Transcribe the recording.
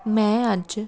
ਮੈਂ ਅੱਜ